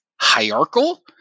Hierarchical